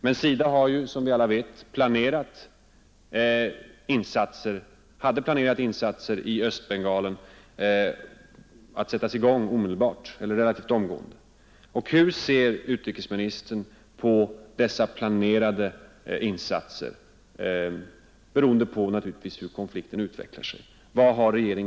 Men SIDA hade, som vi alla vet, planerat insatser i Östbengalen som skulle sättas in relativt omgående. Vilken uppfattning har regeringen beträffande dessa insatser beroende på hur konflikten utvecklar sig?